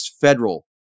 federal